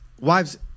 Wives